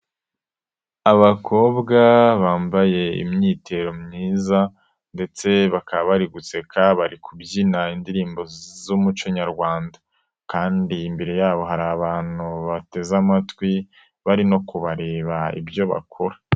Abakobwa bambaye imyitero myiza ndetse bakaba bari guseka bari kubyina indirimbo z'umuco nyarwanda kandi imbere yabo hari abantu bateze amatwi bari no kubareba ibyo bakora.